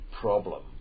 problem